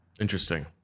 Interesting